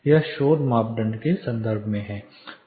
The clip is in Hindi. यह शोर मापदंड के संदर्भ में है